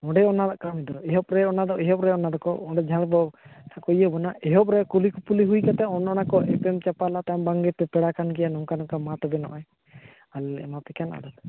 ᱚᱸᱰᱮ ᱫᱚ ᱮᱦᱚᱵ ᱨᱮ ᱚᱱᱟᱫᱚ ᱮᱦᱚᱵᱨᱮ ᱚᱱᱟᱫᱚᱠᱚ ᱚᱸᱰᱮ ᱡᱟᱦᱟᱸ ᱵᱚ ᱤᱭᱟᱹ ᱵᱚᱱᱟ ᱮᱦᱚᱵᱨᱮ ᱠᱩᱞᱤ ᱠᱩᱯᱞᱤ ᱦᱩᱭ ᱠᱟᱛᱮᱫ ᱚᱱᱮ ᱚᱱᱟᱠᱚ ᱮᱯᱮᱢ ᱪᱟᱯᱟᱞᱟ ᱵᱟᱝᱢᱟᱯᱮ ᱯᱮᱲᱟᱠᱟᱱᱜᱮᱭᱟ ᱱᱚᱝᱠᱟ ᱱᱚᱝᱠᱟ ᱢᱟᱛᱚᱵᱮ ᱱᱚᱜᱼᱚᱭ ᱟᱞᱮᱞᱮ ᱮᱢᱟᱯᱮ ᱠᱟᱱᱟ